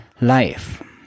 life